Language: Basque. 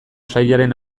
sailaren